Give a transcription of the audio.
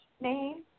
name